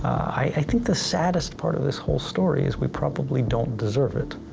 i think the saddest part of this whole story is we probably don't deserve it.